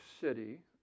city